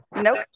Nope